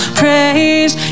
praise